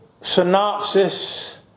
synopsis